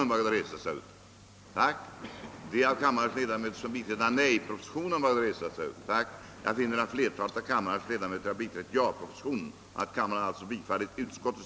Herr talman!